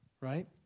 right